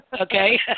Okay